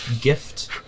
gift